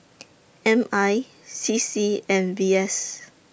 M I C C and V S